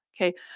okay